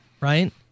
right